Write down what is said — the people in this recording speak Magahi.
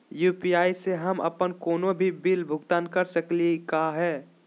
यू.पी.आई स हम अप्पन कोनो भी बिल भुगतान कर सकली का हे?